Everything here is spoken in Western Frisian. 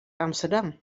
amsterdam